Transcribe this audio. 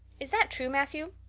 is that true, matthew?